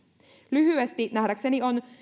lyhyesti nähdäkseni on